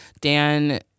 Dan